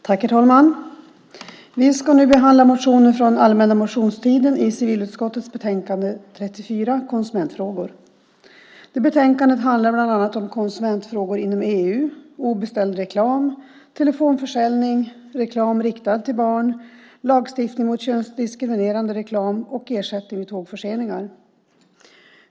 Herr talman! Vi ska nu debattera de motioner från allmänna motionstiden som behandlas i civilutskottets betänkande 34 om konsumentfrågor. Betänkandet handlar bland annat om konsumentfrågor inom EU, obeställd reklam, telefonförsäljning, reklam riktad till barn, lagstiftning mot könsdiskriminerande reklam och ersättning vid tågförseningar.